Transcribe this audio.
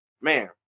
man